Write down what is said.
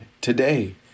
today